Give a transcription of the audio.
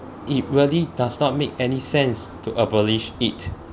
it really does not make any sense to abolish it